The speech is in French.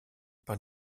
par